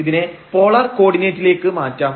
ഇതിനെ പോളാർ കോർഡിനേറ്റിലേക്ക് മാറ്റാം